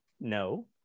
No